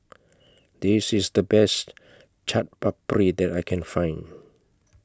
This IS The Best Chaat Papri that I Can Find